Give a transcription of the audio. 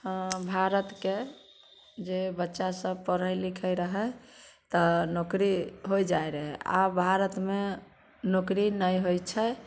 भारतके जे बच्चा सब पढ़य लिखय रहय तऽ नोकरी होइ जाइ रहय आब भारतमे नोकरी नहि होइ छै